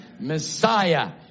Messiah